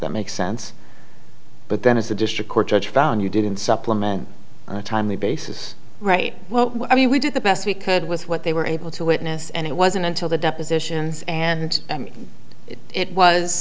that makes sense but then as the district court judge found you didn't supplement on a timely basis right i mean we did the best we could with what they were able to witness and it wasn't until the depositions and it was